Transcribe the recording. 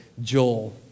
Joel